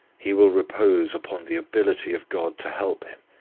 he will repose upon the ability of god to help him,